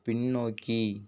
பின்னோக்கி